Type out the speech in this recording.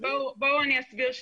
אני אסביר שנייה.